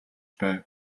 байв